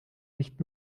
nicht